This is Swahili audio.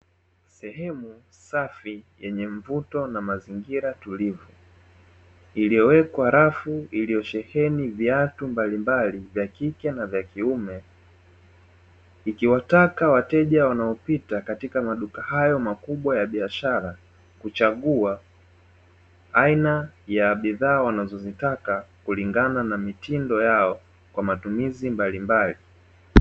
Sehemu safi yenye mvuto na mazingira tulivu iliyowekwa rafu iliyosheheni viatu mbalimbali vya kike na vya kiume, ikiwataka wateja wanaopita katika maduka hayo makubwa ya biashara kuchagua aina ya bidhaa wanazozitaka kulingana na mitindo yao kwa matumizi mbalimbali.